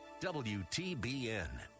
WTBN